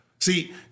See